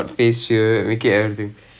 ah ya ya ya ya ya